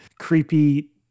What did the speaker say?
creepy